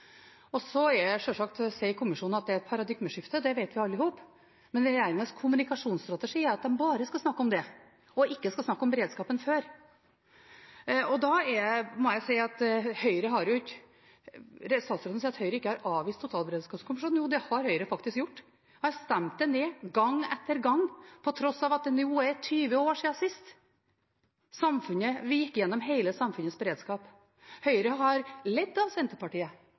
Så sier, sjølsagt, kommisjonen at det er et paradigmeskifte – det vet vi alle sammen. Men regjeringens kommunikasjonsstrategi er at de bare skal snakke om det og ikke skal snakke om beredskapen før. Da må jeg si når statsråden sier at Høyre ikke har avvist en totalberedskapskommisjon, at jo, det har Høyre faktisk gjort. De har stemt det ned gang etter gang, på tross av at det nå er 20 år siden sist vi gikk gjennom hele samfunnets beredskap. Høyre har ledd av Senterpartiet,